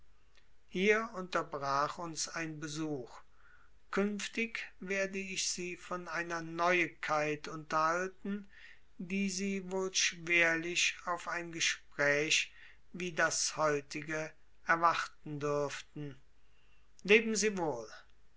hier unterbrach uns ein besuch künftig werde ich sie von einer neuigkeit unterhalten die sie wohl schwerlich auf ein gespräch wie das heutige erwarten dürften leben sie wohl